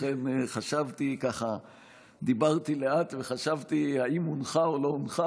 14) (שר נוסף במשרד וכשירותם של השרים),